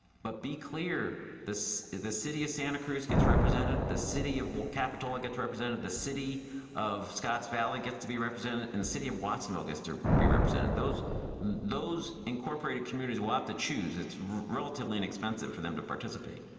but be clear that the city of santa cruz gets represented, the city of capitola gets represented, the city of scotts valley gets to be represented, and the city of watsonville gets to be represented. those those incorporated communities will have to choose. it's relatively inexpensive for them to participate.